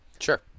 Sure